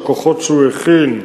שהכוחות שהוא הכין,